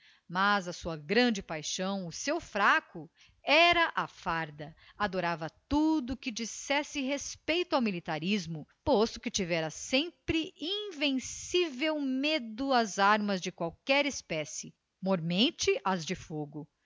mas a sua grande paixão o seu fraco era a farda adorava tudo que dissesse respeito a militarismo posto que tivera sempre invencível medo às armas de qualquer espécie mormente às de fogo